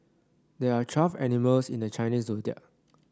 there are twelve animals in the Chinese Zodiac